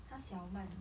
他小慢